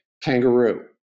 kangaroo